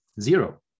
Zero